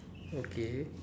okay